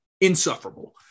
insufferable